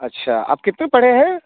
अच्छा आप कितने पढ़े हैं